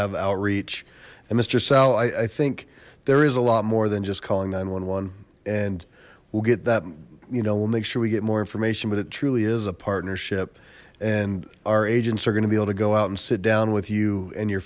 have outreach and mister sal i i think there is a lot more than just calling nine and we'll get that you know we'll make sure we get more information but it truly is a partnership and our agents are gonna be able to go out and sit down with you and your